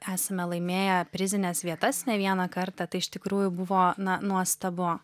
esame laimėję prizines vietas ne vieną kartą tai iš tikrųjų buvo na nuostabu